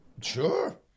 Sure